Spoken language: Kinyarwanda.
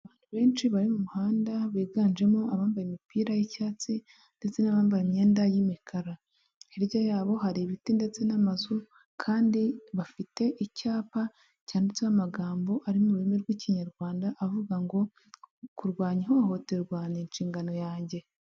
Benshi bari mu muhanda biganjemo abambaye imipira y'icyatsi ndetse n'abambaye imyenda y'imikara. Hirya yabo hari ibiti ndetse n'amazu, kandi bafite icyapa cyanditseho amagambo ari mu rurimi rw'Ikinyarwanda avuga ngo ''kurwanya ihohoterwa ni inshingano yanjye''.